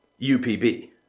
UPB